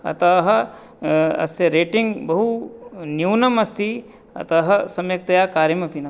अतः अस्य रेटिङ्ग् बहुन्यूनम् अस्ति अतः सम्यक् तया कार्यम् अपि न करोति